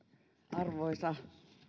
arvoisa